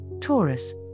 Taurus